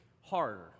harder